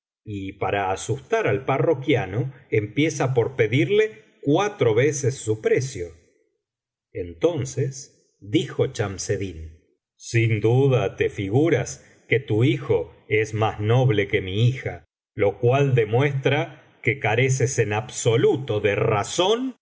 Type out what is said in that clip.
y para asustar al parroquiano empieza por pedirle cuatro veces su precio entonces dijo chamseddin sin duda te figuras que tu hijo es más noble que mi hija lo cual demuestra que careces en absoluto de razón